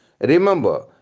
Remember